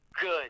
good